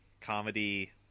comedy